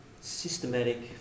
systematic